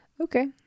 Okay